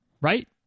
right